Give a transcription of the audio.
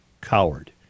coward